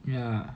ya